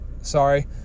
sorry